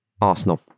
Arsenal